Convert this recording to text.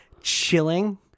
chilling